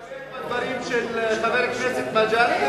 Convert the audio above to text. אני מסתפק בדברים של חבר הכנסת מג'אדלה,